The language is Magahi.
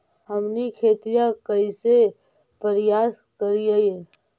हमनी खेतीया कइसे परियास करियय?